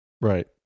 Right